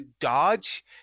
dodge